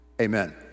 Amen